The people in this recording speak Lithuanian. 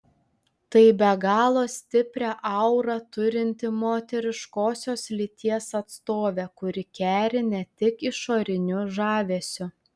tai be galo stiprią aurą turinti moteriškosios lyties atstovė kuri keri ne tik išoriniu žavesiu